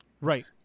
right